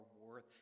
worth